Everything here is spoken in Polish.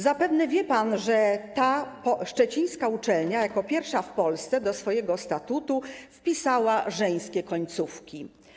Zapewne pan wie, że ta szczecińska uczelnia jako pierwsza w Polsce do swojego statutu wpisała żeńskie końcówki.